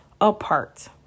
apart